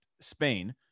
Spain